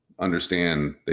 Understand